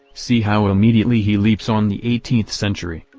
see how immediately he leaps on the eighteenth century,